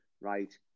right